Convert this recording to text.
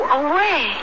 away